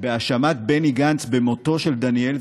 האשמת בני גנץ במותו של דניאל,